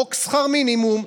חוק שכר מינימום,